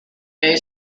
day